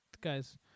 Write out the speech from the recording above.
guy's